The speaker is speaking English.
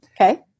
Okay